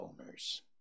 owners